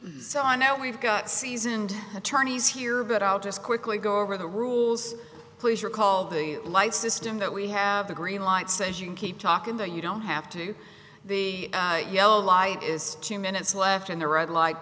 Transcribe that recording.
so i know we've got seasoned attorneys here but i'll just quickly go over the rules please recall the light system that we have the greenlight says you keep talking that you don't have to do the yellow light is two minutes left in the red light